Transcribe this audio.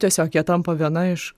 tiesiog jie tampa viena iš